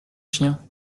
chien